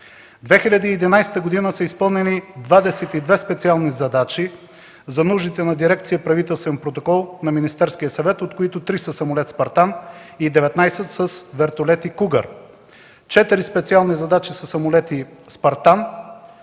2011 г. са изпълнени 22 специални задачи за нуждите на дирекция „Правителствен протокол” на Министерския съвет, от които три със самолет „Спартан” и 19 с вертолети „Кугър”, четири специални задачи със самолети „Спартан”